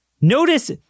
Notice